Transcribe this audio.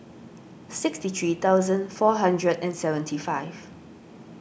sixty three thousand four hundred and seventy five